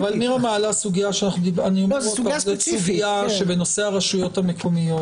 מירה מעלה סוגיה בנושא הרשויות המקומיות.